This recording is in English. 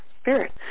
spirit